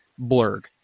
blurg